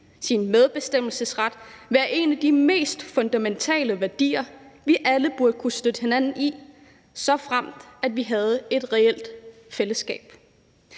sin medbestemmelsesret være en af de mest fundamentale værdier, vi alle burde kunne støtte hinanden i, såfremt vi havde et reelt fællesskab.